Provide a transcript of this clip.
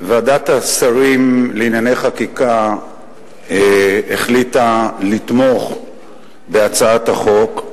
ועדת השרים לענייני חקיקה החליטה לתמוך בהצעת החוק.